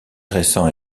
récent